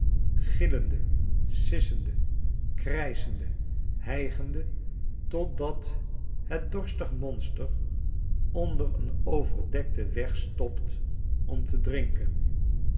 gillende sissende krijschende hijgende totdat het dorstig monster onder een overdekten weg stopt om te drinken